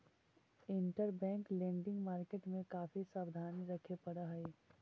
interbank lending market में काफी सावधानी रखे पड़ऽ हई